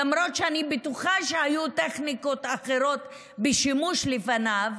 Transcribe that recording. למרות שאני בטוחה שהיו טכניקות אחרות בשימוש לפניו,